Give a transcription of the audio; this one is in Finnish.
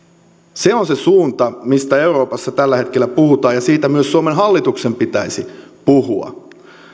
se on se suunta mistä euroopassa tällä hetkellä puhutaan ja siitä myös suomen hallituksen pitäisi puhua